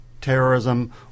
terrorism